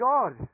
God